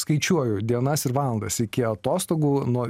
skaičiuoju dienas ir valandas iki atostogų nuo